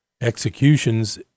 executions